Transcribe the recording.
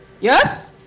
Yes